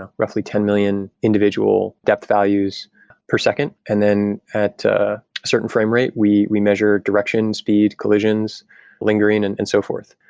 ah roughly ten million individual depth values per second. and then at the certain frame rate, we we measure direction, speed, collisions lingering and and so forth.